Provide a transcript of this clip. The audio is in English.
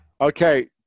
okay